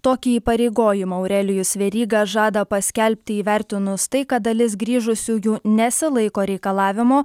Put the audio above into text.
tokį įpareigojimą aurelijus veryga žada paskelbti įvertinus tai kad dalis grįžusiųjų nesilaiko reikalavimo